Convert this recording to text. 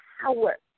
power